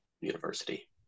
University